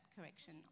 correction